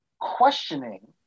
questioning